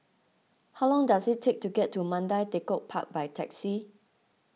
how long does it take to get to Mandai Tekong Park by taxi